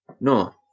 no